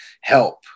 help